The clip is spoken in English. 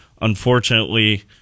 unfortunately –